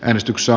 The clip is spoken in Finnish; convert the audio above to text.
äänestyksessä